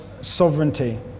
sovereignty